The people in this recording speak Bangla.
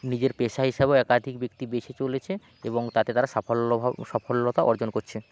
নিজের পেশা হিসাবেও একাধিক ব্যক্তি বেছে চলেছে এবং তাতে তারা সাফল্যভাব সাফল্যতা অর্জন করছে